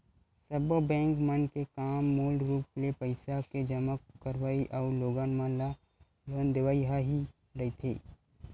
सब्बो बेंक मन के काम मूल रुप ले पइसा के जमा करवई अउ लोगन मन ल लोन देवई ह ही रहिथे